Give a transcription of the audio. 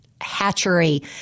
hatchery